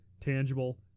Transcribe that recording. tangible